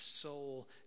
soul